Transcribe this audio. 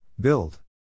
Build